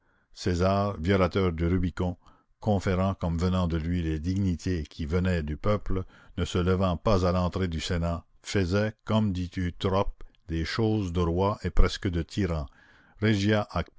césar violateur du rubicon conférant comme venant de lui les dignités qui venaient du peuple ne se levant pas à l'entrée du sénat faisait comme dit eutrope des choses de roi et presque de tyran regia